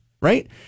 Right